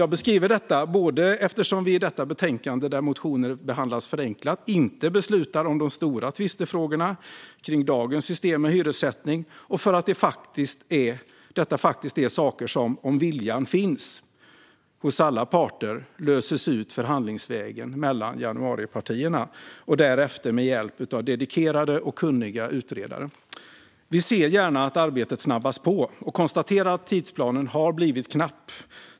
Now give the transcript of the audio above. Jag beskriver detta eftersom vi i detta betänkande där motioner behandlas förenklat inte beslutar om de stora tvistefrågorna kring dagens system med hyressättning och för att detta faktiskt är saker som, om viljan finns hos alla parter, löses förhandlingsvägen mellan januaripartierna och därefter med hjälp av dedikerade och kunniga utredare. Vi ser gärna att arbetet snabbas på och konstaterar att tidsplanen har blivit knapp.